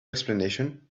explanation